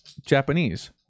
Japanese